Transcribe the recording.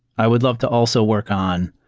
i would love to also work on